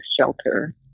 shelter